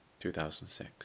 2006